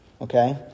Okay